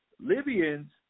Libyans